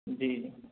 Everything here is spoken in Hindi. जी